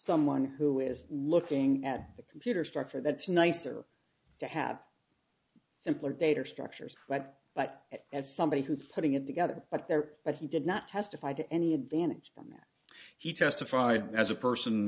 someone who is looking at a computer structure that's nicer to have simpler daters structures but but as somebody who's putting it together but there that he did not testify to any advantage from it he testified as a person